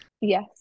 Yes